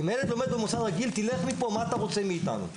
ואם הילד לומד במוסד רגיל אז: לך מפה מה אתה רוצה מאיתנו?